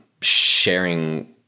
sharing